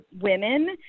women